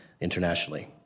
internationally